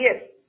yes